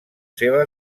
seva